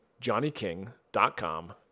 johnnyking.com